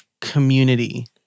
community